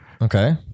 okay